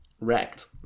wrecked